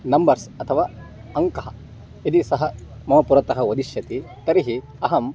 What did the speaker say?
numbers अथवा अङ्कः यदि सः मम पुरतः वदिष्यति तर्हि अहम्